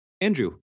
Andrew